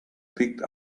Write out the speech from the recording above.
picked